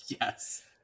Yes